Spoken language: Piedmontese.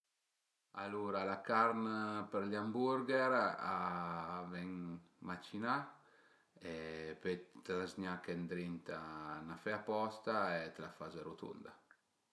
Alura, la carn për gl'hamburger a ven macinà e pöi t'la z-gnache ëndrinta a ün afè aposta e t'la faze rutunda